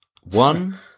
One